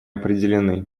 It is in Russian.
определены